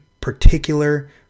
particular